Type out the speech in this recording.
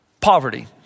Poverty